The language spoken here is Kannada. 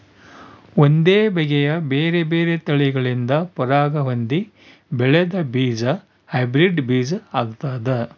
ಒಂದೇ ಬಗೆಯ ಬೇರೆ ಬೇರೆ ತಳಿಗಳಿಂದ ಪರಾಗ ಹೊಂದಿ ಬೆಳೆದ ಬೀಜ ಹೈಬ್ರಿಡ್ ಬೀಜ ಆಗ್ತಾದ